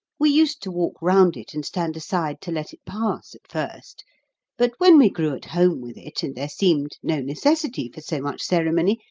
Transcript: we used to walk round it and stand aside to let it pass, at first but, when we grew at home with it, and there seemed no necessity for so much ceremony,